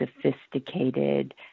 sophisticated